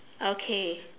okay